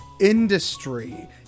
industry